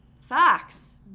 facts